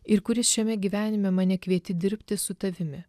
ir kuris šiame gyvenime mane kvieti dirbti su tavimi